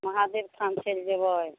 महादेव थान चलि जेबै